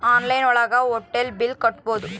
online ಒಳಗ hotel bill ಕಟ್ಬೋದು